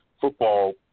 football